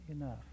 enough